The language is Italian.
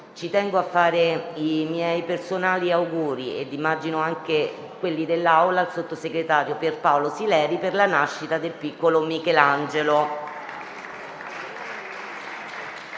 Ci tengo a fare i miei personali auguri - ed immagino anche quelli dell'Assemblea - al sottosegretario Pierpaolo Sileri per la nascita del piccolo Michelangelo.